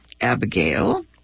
Abigail